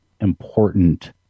important